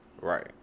Right